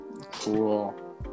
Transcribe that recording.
Cool